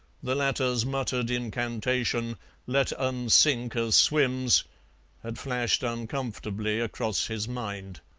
the latter's muttered incantation let un sink as swims had flashed uncomfortably across his mind.